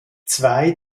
zwei